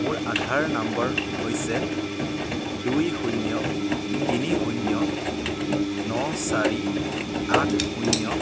মোৰ আধাৰ নম্বৰ হৈছে দুই শূন্য তিনি শূন্য ন চাৰি আঠ শূন্য